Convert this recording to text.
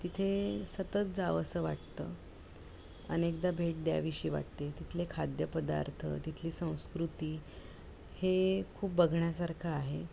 तिथे सतत जावं असं वाटतं अनेकदा भेट द्याविषी वाटते तिथले खाद्यपदार्थ तिथली संस्कृती हे खूप बघण्यासारखं आहे